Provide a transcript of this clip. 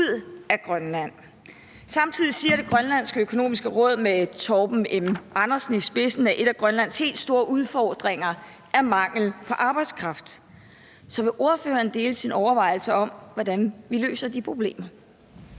Samtidig siger Grønlands Økonomiske Råd med Torben M. Andersen i spidsen, at en af Grønlands helt store udfordringer er mangel på arbejdskraft. Så vil ordføreren dele sine overvejelser om, hvordan vi løser de problemer?